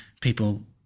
people